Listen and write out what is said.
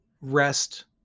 rest